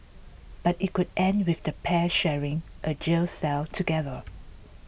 but it could end with the pair sharing a jail cell together